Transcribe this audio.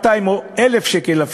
200 או אפילו 1,000 שקל,